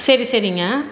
சரி சரிங்க